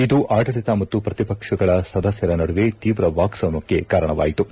ಇದು ಆಡಳಿತ ಮತ್ತು ಪ್ರತಿಪಕ್ಷಗಳ ಸದಸ್ಯರ ನಡುವೆ ತೀವ್ರ ವಾಕ್ಸಮರಕ್ಕೆ ಕಾರಣವಾಯಿತು